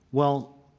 well,